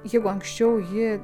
jeigu anksčiau ji